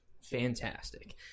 Fantastic